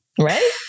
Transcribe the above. Right